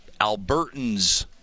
Albertans